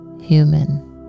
human